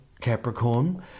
Capricorn